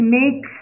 make